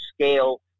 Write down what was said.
scale